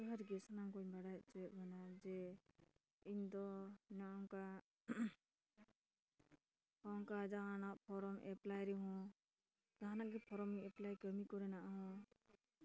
ᱡᱚᱦᱟᱨ ᱜᱮ ᱥᱟᱱᱟᱢ ᱠᱚᱧ ᱵᱟᱲᱟᱭ ᱚᱪᱚᱭᱮᱫ ᱵᱚᱱᱟ ᱡᱮ ᱤᱧᱫᱚ ᱱᱚᱝᱠᱟ ᱡᱟᱦᱟᱱᱟᱜ ᱯᱷᱨᱚᱢ ᱮᱯᱞᱟᱭ ᱨᱮᱦᱚᱸ ᱡᱟᱦᱟᱱᱟᱜ ᱜᱮ ᱯᱷᱨᱚᱢ ᱮᱯᱞᱟᱭ ᱠᱟᱹᱢᱤ ᱠᱚ ᱨᱮᱱᱟᱜ ᱦᱚᱸ